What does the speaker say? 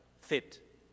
fit